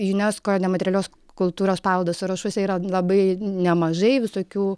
junesko nematerialios kultūros paveldo sąrašuose yra labai nemažai visokių